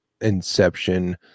inception